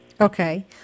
Okay